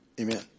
amen